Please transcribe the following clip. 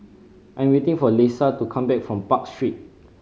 I am waiting for Lesa to come back from Park Street